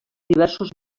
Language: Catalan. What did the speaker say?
diversos